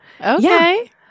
Okay